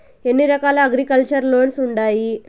ఎన్ని రకాల agriculture loans ఉండాయి